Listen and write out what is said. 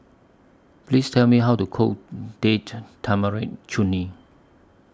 Please Tell Me How to Cook Date Tamarind Chutney